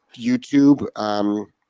YouTube